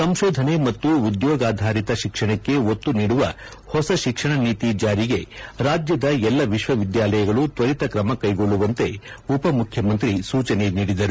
ಸಂಶೋಧನ ಮತ್ತು ಉದ್ಯೋಗಾಧಾಲಿತ ಶಿಕ್ಷಣಕ್ಕೆ ಒತ್ತು ನೀಡುವ ಹೊಸ ಶಿಕ್ಷಣ ನೀತಿ ಜಾಲಿಗೆ ರಾಜ್ಯದ ಎಲ್ಲ ವಿಶ್ವವಿದ್ಯಾಲಯಗಳು ತ್ವಲಿತ ಕ್ರಮ ಕೈಗೊಳ್ಳುವಂತೆ ಉಪಮುಖ್ಯಮಂತ್ರಿ ಸೂಚನೆ ನೀಡಿದರು